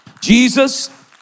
Jesus